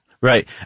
right